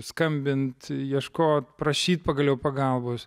skambint ieškot prašyt pagaliau pagalbos